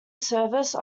service